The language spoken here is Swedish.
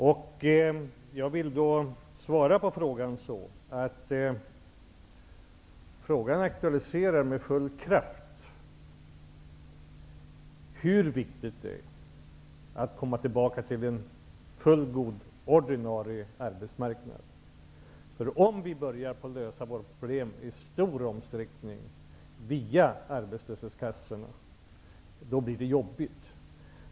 Frågan aktualiserar med full kraft hur viktigt det är att komma tillbaka till en fullgod ordinarie arbetsmarknad. Om vi börjar lösa problemen i stor utsträckning via arbetslöshetskassorna, blir det jobbigt.